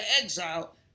exile